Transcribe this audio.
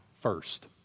first